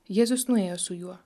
jėzus nuėjo su juo